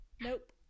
Nope